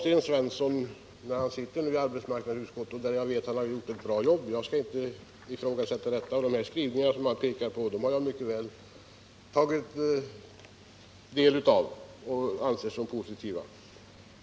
Sten Svensson sitter ju i arbetsmarknadsutskottet, och jag vet att han där har gjort ett bra arbete. De skrivningar som han har pekat på har jag också tagit del av och anser dem positiva.